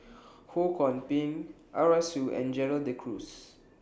Ho Kwon Ping Arasu and Gerald De Cruz